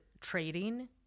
trading